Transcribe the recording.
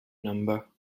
number